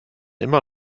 immer